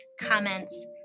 comments